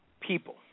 people